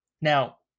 Now